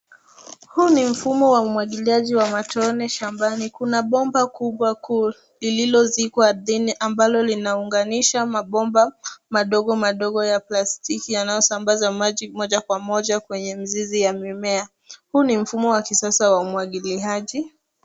Huu ni mfumo wa umwangiliaji wa matone shambani, kuna bomba kubwa kuu, lililozikwa ardhini, ambalo linaunganisha mabomba madogo madogo ya plastiki yanayosambaza maji moja kwa moja kwenye mizizi ya mimea.